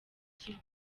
kivu